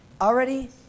already